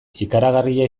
ikaragarria